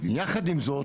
יחד עם זאת,